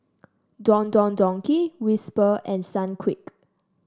Don Don Donki Whisper and Sunquick